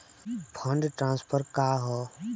Fund transfer का हव?